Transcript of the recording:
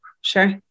Sure